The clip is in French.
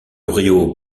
rio